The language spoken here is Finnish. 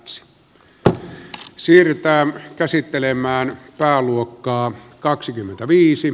sen se siirtää käsittelemään pääluokkaa kaksikymmentäviisi